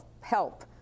help